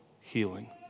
healing